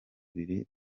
biri